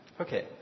Okay